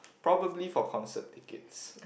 probably for concert tickets